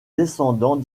descendants